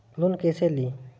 Loan कईसे ली?